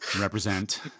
represent